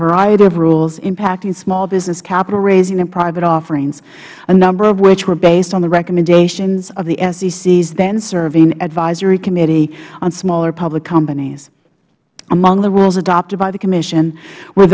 variety of rules impacting small business capital raising and private offerings a number of which were based on the recommendations of the sec's thenserving advisory committee on smaller public companies among the rules adopted by the commission were